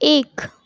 એક